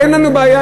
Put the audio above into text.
אין לנו בעיה.